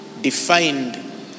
defined